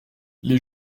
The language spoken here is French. les